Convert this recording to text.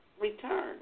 return